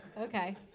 Okay